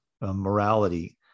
morality